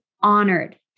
honored